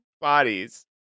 bodies